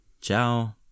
Ciao